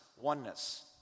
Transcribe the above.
Oneness